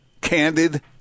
Candid